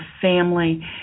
family